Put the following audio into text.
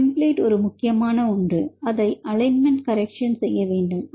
template ஒரு முக்கியமான ஒன்று அதை அலைன்மெண்ட் கரக்ஷன் செய்ய வேண்டும்